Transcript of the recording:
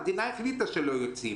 המדינה החליטה שלא יוצאים.